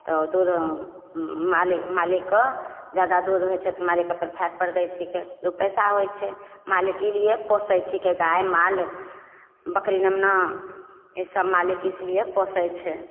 तऽ दूध मालि मालिकके जादा दूध होइ छै तऽ मालिक अपन फैटपर दै छिकै दुइ पइसा होइ छै मालिक ई लिए पोसै छै कि गाइ माल बकरी नेमना ईसब मालिक इसीलिए पोसै छै